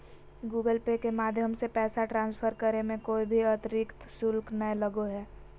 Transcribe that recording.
Google Pay के माध्यम से पैसा ट्रांसफर करे मे कोय भी अतरिक्त शुल्क नय लगो हय